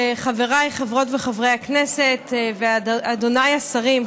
חבריי חברות וחברי הכנסת ואדוניי השרים,